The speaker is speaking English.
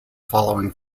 following